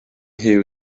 huw